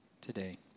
today